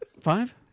Five